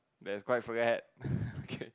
there's quite forget okay